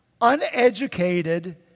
uneducated